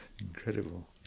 incredible